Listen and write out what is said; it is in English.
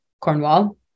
cornwall